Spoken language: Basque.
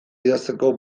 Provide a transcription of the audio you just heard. idazteko